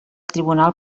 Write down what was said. tribunal